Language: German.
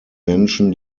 menschen